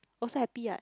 also happy what